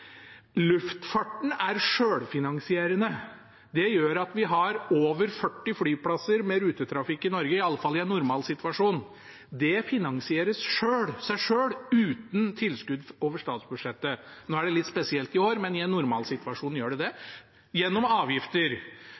Luftfarten er selvfinansierende. Det gjør at vi har over 40 flyplasser med rutetrafikk i Norge, i alle fall i en normal situasjon. Det finansierer seg selv, uten tilskudd over statsbudsjettet – nå er det litt spesielt i år, men i en normal situasjon gjør det det – gjennom avgifter,